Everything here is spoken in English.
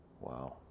Wow